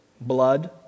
blood